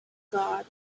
god